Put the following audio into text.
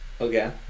Okay